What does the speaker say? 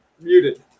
muted